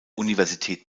universität